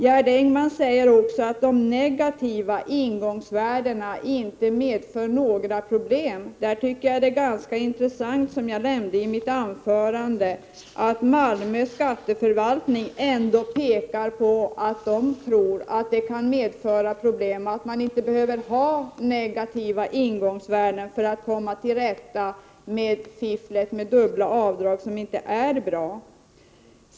Gerd Engman säger vidare att de negativa ingångsvärdena inte medför några problem. Jag tycker att det är ganska intressant, som jag nämnde i mitt anförande, att Malmö skatteförvaltning tror att det kan medföra problem och att negativa ingångsvärden inte behövs för att komma till rätta med fifflet med dubbla avdrag, som inte är bra.